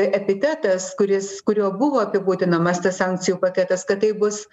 epitetas kuris kuriuo buvo apibūdinamas tas sankcijų paketas kad tai bus